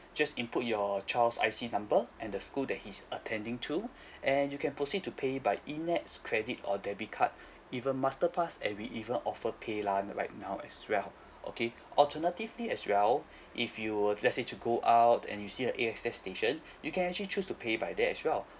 just input your child's I_C number and the school that he's attending to and you can proceed to pay by E NETS credit or debit card even masterpass and we even offer paylah n~ right now as well okay alternatively as well if you were to let's say to go out and you see a A_X_S station you can actually choose to pay by there as well